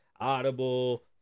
Audible